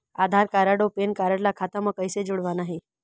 आधार card अऊ PAN card ला खाता म कइसे जोड़वाना हे?